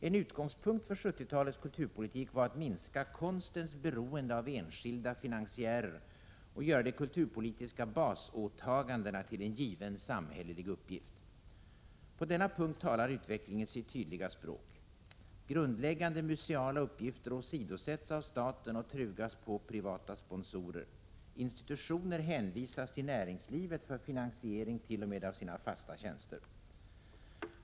En utgångspunkt för 1970-talets kulturpolitik var att minska konstens beroende av enskilda finansiärer och göra de kulturpolitiska basåtagandena till en given samhällelig uppgift. På denna punkt talar utvecklingen sitt tydliga språk. Grundläggande museala uppgifter åsidosätts av staten och trugas på privata sponsorer. Institutioner hänvisas till näringslivet för finansiering t.o.m. av sina fasta tjänster.